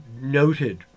noted